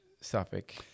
Suffolk